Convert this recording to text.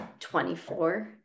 24